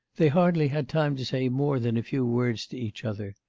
they hardly had time to say more than a few words to each other.